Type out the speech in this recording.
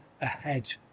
ahead